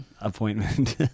appointment